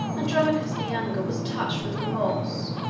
andronicus the younger was touched with remorse,